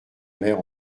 mère